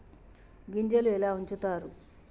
గింజలు ఎలా ఉంచుతారు?